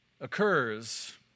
occurs